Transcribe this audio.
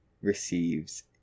receives